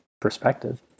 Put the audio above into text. perspective